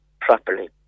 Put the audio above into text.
properly